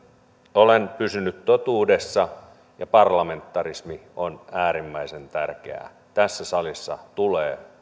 olen pysynyt totuudessa parlamentarismi on äärimmäisen tärkeää tässä salissa tulee